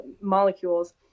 molecules